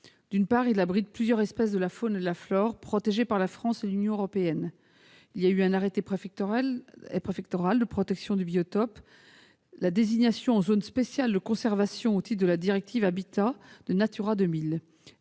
D'une part, il abrite plusieurs espèces de la faune et de la flore protégées par la France et l'Union européenne. Un arrêté préfectoral de protection du biotope a été pris. Le site a fait l'objet d'une désignation en zone spéciale de conservation au titre de la directive Habitats de Natura 2000